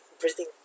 breathing